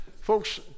Folks